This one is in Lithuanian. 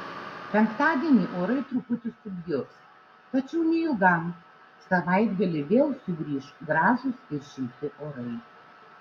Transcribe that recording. penktadienį orai truputį subjurs tačiau neilgam savaitgalį vėl sugrįš gražūs ir šilti orai